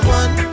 one